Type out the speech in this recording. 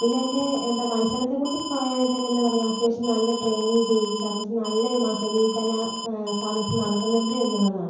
പിന്നെ അതിൻ്റെ എന്താ മത്സരത്തെക്കുറിച്ചൊക്കെ പറയുവാണെങ്കിൽ തന്നെ എന്താ പറയാ അത്യാവശ്യം നല്ല ട്രെയിനിങ് ചെയ്യിപ്പിച്ച് അത്യാവശ്യം നല്ല ഒരു മത്സരരീതി തന്നെ ആ സ്ഥാപനത്തെ നടക്കുന്നുണ്ട് എന്നുള്ളതാണ്